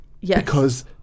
Yes